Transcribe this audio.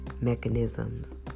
mechanisms